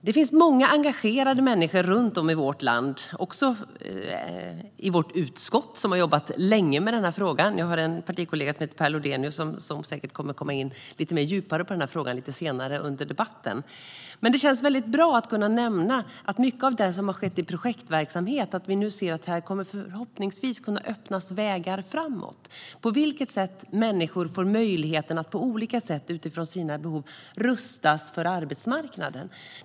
Det finns många engagerade människor runt om i vårt land, och också i vårt utskott, som har jobbat länge med den här frågan. Min partikollega Per Lodenius kommer säkert att komma in lite djupare på den här frågan lite senare i debatten. Det känns väldigt bra att kunna nämna att när det gäller mycket av det som har skett i projektverksamhet kommer det nu förhoppningsvis att öppnas vägar framåt så att människor får möjlighet att på olika sätt och utifrån sina behov rustas för arbetsmarknaden.